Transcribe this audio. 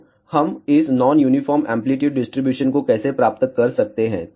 तो हम इस नॉन यूनिफार्म एंप्लीट्यूड डिस्ट्रीब्यूशन को कैसे प्राप्त कर सकते हैं